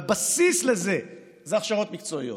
הבסיס לזה הוא הכשרות מקצועיות.